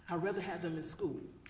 ah rather have them in school.